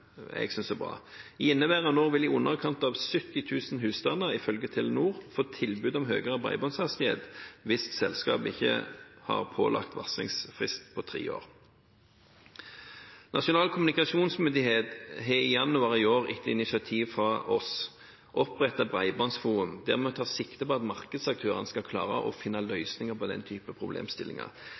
jeg synes er bra. I inneværende år vil i underkant av 70 000 husstander, ifølge Telenor, få tilbud om høyere bredbåndshastighet hvis selskapet ikke har pålagt varslingsfrist på tre år. Nasjonal kommunikasjonsmyndighet har i januar i år, etter initiativ fra oss, opprettet Bredbåndsforum, der vi tar sikte på at markedsaktørene skal klare å finne løsninger på den typen problemstillinger.